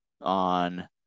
on